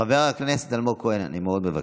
חבר הכנסת אלמוג כהן, אני מאוד מבקש.